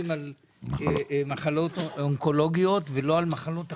על מחלות אונקולוגיות ולא על מחלות אחרות,